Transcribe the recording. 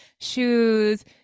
shoes